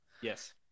Yes